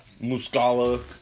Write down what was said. Muscala